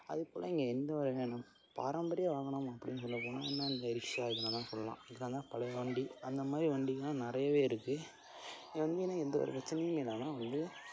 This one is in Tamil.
அதுபோல இங்கே எந்த வகையான பாரம்பரிய வாகனம் அப்படின்னு சொல்லப்போனால் என்ன இந்த ரிக்ஷா இதை வேணால் சொல்லலாம் இதெலாம் பழைய வண்டி அந்தமாதிரி வண்டியெலாம் நிறையவே இருக்குது இங்கே வந்தீங்கன்னால் எந்த ஒரு பிரச்சினையுமே இல்லாமல் வந்து